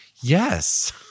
Yes